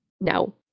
No